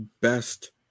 best